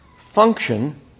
function